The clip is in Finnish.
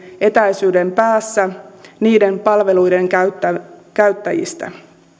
etäisyyden päässä niiden palveluiden käyttäjistä käyttäjistä